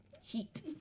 Heat